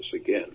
again